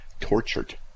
tortured